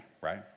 right